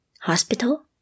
Hospital